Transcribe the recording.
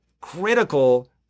critical